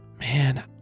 man